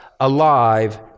alive